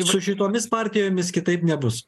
su šitomis partijomis kitaip nebus